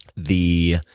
the